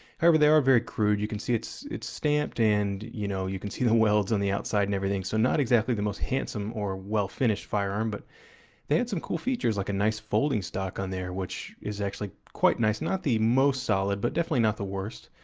however they are very crude, you can see it's it's stamped and you know, you can see the welds on the outside and everything, so not exactly the most handsome or well-finished firearm, but they had some cool features like a nice folding stock on there which is actually quite nice, not the most solid, but definitely not the worst.